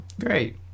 Great